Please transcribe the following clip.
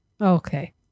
okay